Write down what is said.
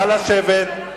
נא לשבת.